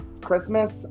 Christmas